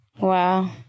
wow